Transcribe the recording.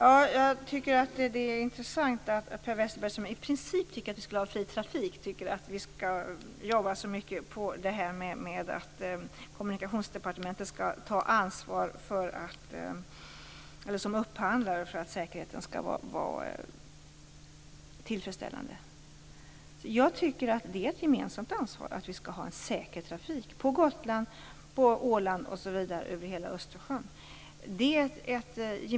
Herr talman! Det är intressant att Per Westerberg, som i princip tycker att vi skall ha fri trafik, anser att vi skall jobba så mycket med Kommunikationsdepartementets ansvar som upphandlare för att säkerheten skall kunna vara tillfredsställande. Jag tycker att det är ett gemensamt statligt ansvar att vi skall ha en säker trafik på Gotland, Åland och över hela Östersjön.